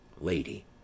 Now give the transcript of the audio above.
Lady